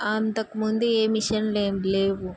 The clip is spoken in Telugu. అంతకుముందు ఏ మిషన్లు ఏమి లేవు